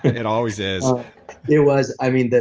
it always is it was. i mean,